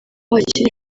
hakiri